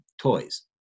toys